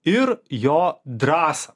ir jo drąsą